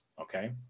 okay